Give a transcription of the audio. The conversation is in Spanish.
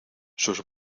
sus